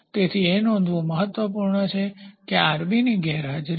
તેથી એ નોંધવું મહત્વપૂર્ણ છે કે તે ની ગેરહાજરીમાં